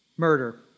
Murder